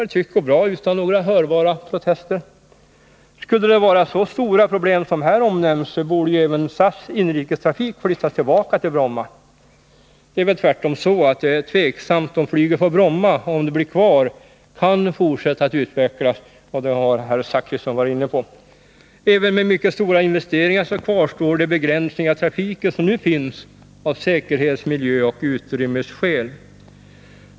Det tycks gå bra utan några hörbara protester. Skulle det vara så stora problem som här omnämnts borde ju även SAS inrikestrafik flyttas tillbaka till Bromma. Det är väl tvärtom så att det är tveksamt om flyget på Bromma, om det blir kvar, kan fortsätta att utvecklas. Det har herr Zachrisson varit inne på. Även med mycket stora investeringar så kvarstår de begränsningar i trafiken som nu finns av säkerhets-, miljöoch utrymmesskäl.